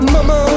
Mama